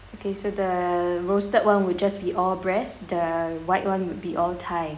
okay so the roasted [one] would just be all breast the white [one] would be all thigh